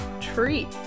treat